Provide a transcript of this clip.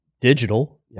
digital